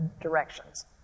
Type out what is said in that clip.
directions